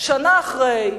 שנה אחרי,